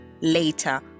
later